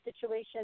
situation